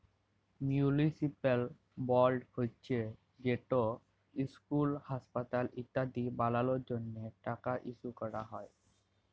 municipal বল্ড হছে যেট ইসকুল, হাঁসপাতাল ইত্যাদি বালালর জ্যনহে টাকা ইস্যু ক্যরা হ্যয়